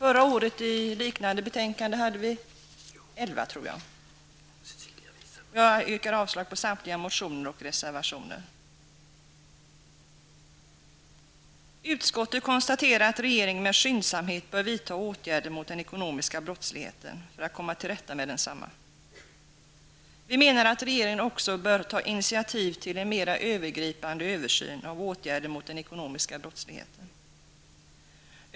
I ett liknande betänkande förra året hade vi, tror jag, 11 reservationer. Jag yrkar avslag på samtliga motioner och reservationer. Utskottet skriver att regeringen med skyndsamhet bör vidta åtgärder mot den ekonomiska brottsligheten för att komma till rätta med densamma. Vi menar att regeringen också bör ta initiativ till en mera övergripande översyn av åtgärder mot den ekonomiska brottsligheten.